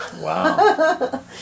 Wow